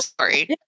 sorry